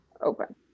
open